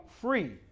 free